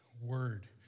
word